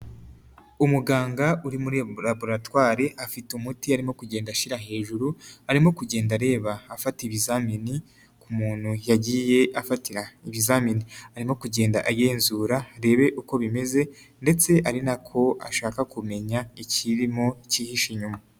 Umuganga uri muri ebo raboratwari afite umuti arimo kugenda ashira hejuru, arimo kugenda areba afata ibizamini ku muntu yagiye afatira ibizamini, arimo kugenda agenzura arebe uko bimeze ndetse ari na ko ashaka kumenya ikirimo cyihishe inyuma.